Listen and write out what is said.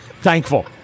thankful